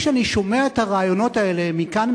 כשאני שומע את הרעיונות האלה מכאן,